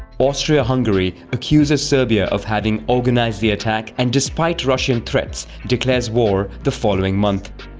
austria-hungary accuses serbia of having organized the attack and despite russian threats declares war the following month.